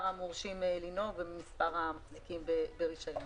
המורשים לנהוג ובמספר המחזיקים ברישיון.